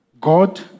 God